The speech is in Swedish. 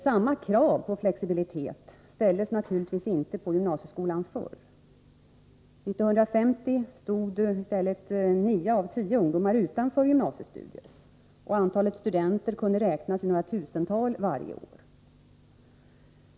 Samma krav på flexibilitet ställdes naturligtvis inte på gymnasieskolan förr. 1950 stod i stället nio av tio ungdomar utanför gymnasiestudier, och antalet studenter kunde räknas i några tusental varje år.